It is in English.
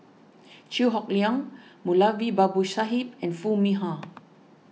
Chew Hock Leong Moulavi Babu Sahib and Foo Mee Har